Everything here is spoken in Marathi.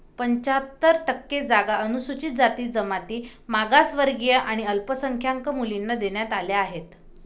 पंच्याहत्तर टक्के जागा अनुसूचित जाती, जमाती, मागासवर्गीय आणि अल्पसंख्याक मुलींना देण्यात आल्या आहेत